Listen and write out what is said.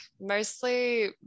mostly